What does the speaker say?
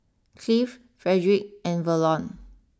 Cleve Frederick and Verlon